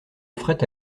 offrait